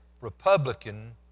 Republican